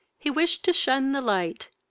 he wished to shun the light,